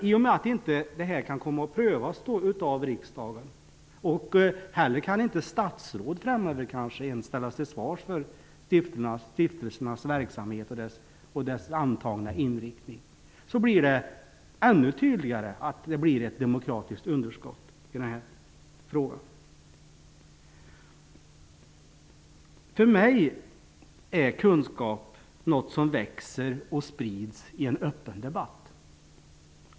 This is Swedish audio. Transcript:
I och med att detta inte kan komma att prövas av riksdagen -- framöver kan kanske inte ens statsråd ställas till svars för stiftelsernas verksamhet och deras antagna inriktningar -- är det ännu tydligare att det blir ett demokratiskt underskott i den här frågan. För mig är kunskap något som växer och sprids i en öppen debatt.